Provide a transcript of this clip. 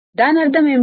దాని అర్థం ఏమిటి